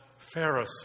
Pharisee